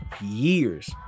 years